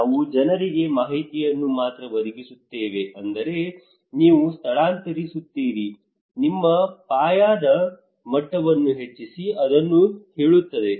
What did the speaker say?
ನಾವು ಜನರಿಗೆ ಮಾಹಿತಿಯನ್ನು ಮಾತ್ರ ಒದಗಿಸುತ್ತೇವೆ ಅಂದರೆ ನೀವು ಸ್ಥಳಾಂತರಿಸುತ್ತೀರಿ ನಿಮ್ಮ ಪಾಯದ ಮಟ್ಟವನ್ನು ಹೆಚ್ಚಿಸಿ ಎಂದು ಹೇಳುತ್ತೇವೆ